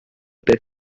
beth